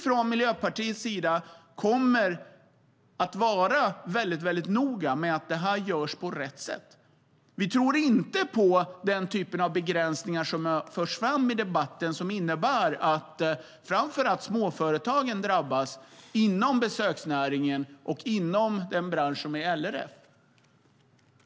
Från Miljöpartiet kommer vi att vara mycket noga med att detta görs på rätt sätt. Vi tror inte på den typ av begränsningar som förs fram i debatten och som innebär att framför allt småföretagen inom besöksnäringen och inom LRF:s medlemsorganisationer drabbas.